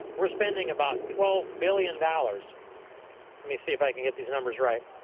we're spending about twelve billion dollars let me see if i can get these numbers right.